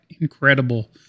incredible